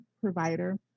provider